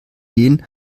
den